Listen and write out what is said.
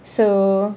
so